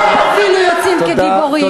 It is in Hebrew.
ואפילו יוצאים כגיבורים.